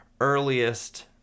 earliest